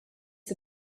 the